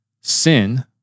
sin